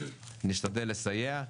נשתדל לסייע.